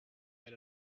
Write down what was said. that